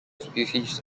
species